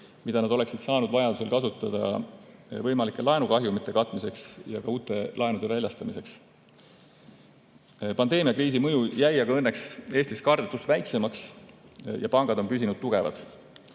mida nad oleksid saanud vajadusel kasutada võimalike laenukahjumite katmiseks ja ka uute laenude väljastamiseks. Pandeemiakriisi mõju jäi aga õnneks Eestis kardetust väiksemaks ja pangad on püsinud tugevad.